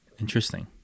Interesting